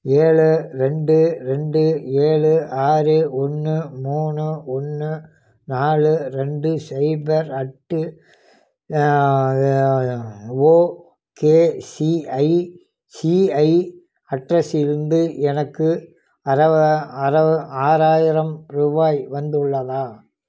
ஏழு ரெண்டு ரெண்டு ஏழு ஆறு ஒன்று மூணு ஒன்று நாலு ரெண்டு சைபர் அட்டு ஓகேசிஐசிஐ அட்ரெஸிலிருந்து எனக்கு ஆறாயிரம் ரூபாய் வந்து உள்ளதா